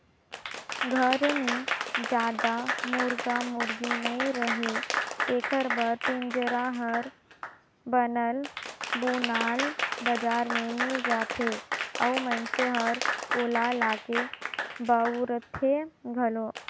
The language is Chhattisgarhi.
घर मे जादा मुरगा मुरगी नइ रहें तेखर बर पिंजरा हर बनल बुनाल बजार में मिल जाथे अउ मइनसे ह ओला लाके बउरथे घलो